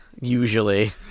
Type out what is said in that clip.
usually